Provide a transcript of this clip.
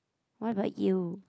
what about you